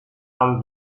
âme